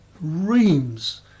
reams